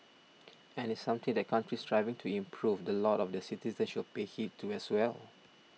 and it's something that countries striving to improve the lot of their citizens should pay heed to as well